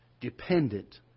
dependent